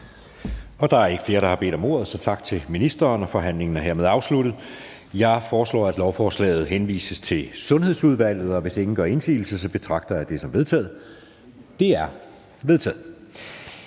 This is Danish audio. Søe): Der ikke er flere, der har bedt om ordet, så tak til ministeren. Forhandlingen er hermed afsluttet. Jeg foreslår, at forslaget henvises til Sundhedsudvalget. Hvis ingen gør indsigelse, betragter jeg det som vedtaget. Det er vedtaget.